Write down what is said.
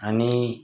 आणि